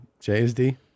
JSD